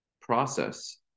process